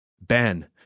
Ben